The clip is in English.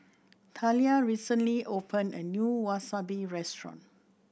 Talia recently opened a new Wasabi Restaurant